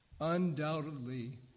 Undoubtedly